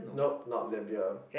nope not Libya